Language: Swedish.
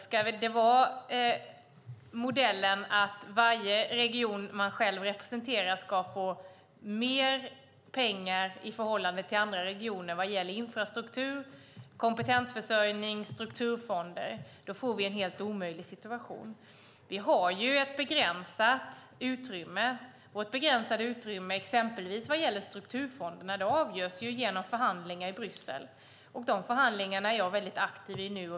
Ska modellen vara att varje region man själv representerar ska få mer pengar i förhållande till andra regioner vad gäller infrastruktur, kompetensförsörjning och strukturfonder får vi en helt omöjlig situation. Vi har ett begränsat utrymme. Vårt begränsade utrymme exempelvis vad gäller strukturfonderna avgörs genom förhandlingar i Bryssel. De förhandlingarna är jag nu väldigt aktiv i.